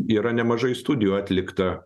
yra nemažai studijų atlikta